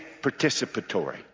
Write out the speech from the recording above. participatory